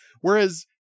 Whereas